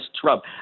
Trump